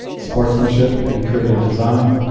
sportsmanship, and creative design.